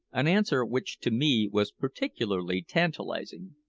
an answer which to me was particularly tantalizing.